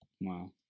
Wow